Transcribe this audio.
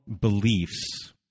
beliefs